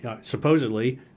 supposedly